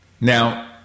Now